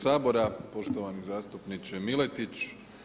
sabora, poštovani zastupniče Miletić.